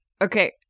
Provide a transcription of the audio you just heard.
Okay